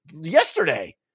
yesterday